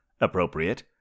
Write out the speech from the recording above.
appropriate